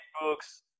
books